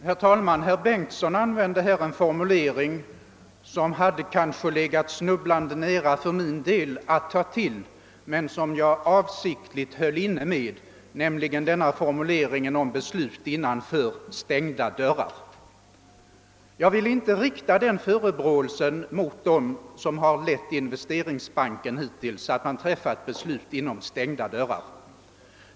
Herr talman! Herr Bengtsson i Landskrona använde här en formulering som det hade legat snubblande nära för mig att ta till men som jag avsiktligt höll inne med, nämligen formuleringen om »beslut innanför stängda dörrar». Jag vill inte rikta den förebråelsen mot dem som har lett Investeringsbanken hittills att de fattat besluten inom stängda dörrar.